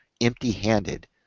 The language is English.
empty-handed